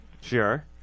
Sure